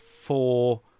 Four